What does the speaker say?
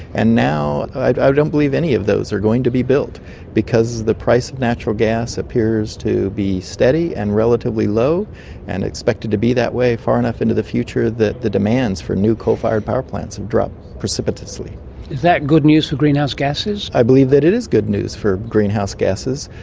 and now i don't believe any of those are going to be built because the price of natural gas appears to be steady and relatively low and expected to be that way far enough into the future that the demands for new coal-fired power plants have dropped precipitously. is that good news for greenhouse gases? i believe it is good news for greenhouse gases.